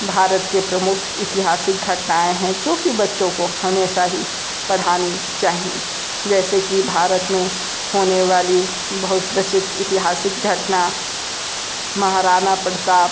भारत के प्रमुख इतिहासिक घटनाएं हैं जो कि बच्चों को हमेशा ही पढ़ानी चाहिए जैसे कि भारत में होने वाली बहुत प्रसिद्ध इतिहासिक घटना महाराना प्रताप